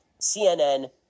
CNN